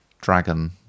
dragon